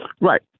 right